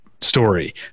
story